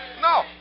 No